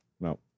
No